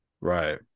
Right